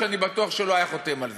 שאני בטוח שלא היה חותם על זה,